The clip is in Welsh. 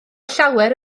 llawer